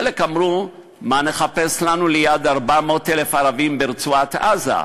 חלק אמרו: מה נחפש לנו ליד 400,000 ערבים ברצועת-עזה?